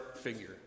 figure